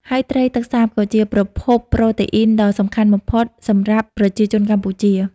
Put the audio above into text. ហើយត្រីទឹកសាបគឺជាប្រភពប្រូតេអ៊ីនដ៏សំខាន់បំផុតសម្រាប់ប្រជាជនកម្ពុជា។